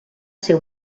ser